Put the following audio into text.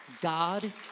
God